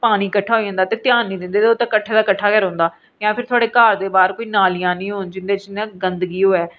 पानी किट्ठा होई जंदा ते किट्ठा दा किट्ठा गै रौंह्दा जां फिर थोह्ड़े घर दे बाह्र बी नालियां नीं होन जेह्दे च गंदगी होऐ